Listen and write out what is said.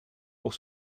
pour